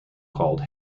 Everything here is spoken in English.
called